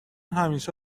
همیشه